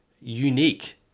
unique